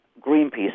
greenpeace